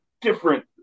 different